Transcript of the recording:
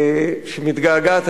שמתגעגעת,